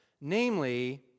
namely